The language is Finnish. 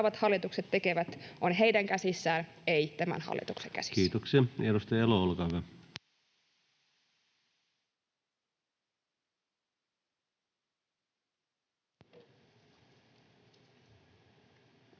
hallitukset tekevät, on heidän käsissään, ei tämän hallituksen käsissä. Kiitoksia. — Edustaja Elo, olkaa hyvä.